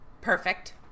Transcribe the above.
perfect